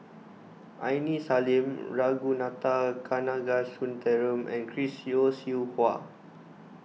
Aini Salim Ragunathar Kanagasuntheram and Chris Yeo Siew Hua